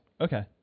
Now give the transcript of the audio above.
Okay